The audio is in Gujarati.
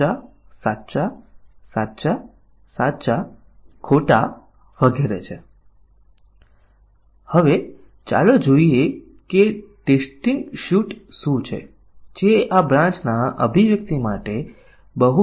આપણે અહીં તે લખ્યું છે કે જ્યાં સુધી ઓછામાં ઓછા એક પરીક્ષણના કેસ માટે નિવેદન યોગ્ય રીતે કાર્ય કરવા માટે અવલોકન કરવામાં ન આવે ત્યાં સુધી આપણે જાણતા નથી કે તે કાર્ય કરશે કે નહીં